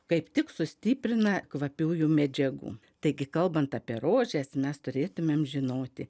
kaip tik sustiprina kvapiųjų medžiagų taigi kalbant apie rožes mes turėtumėm žinoti